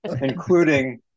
including